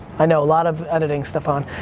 i know, a lot of editing, staphon.